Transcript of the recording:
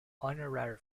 honorary